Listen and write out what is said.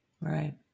Right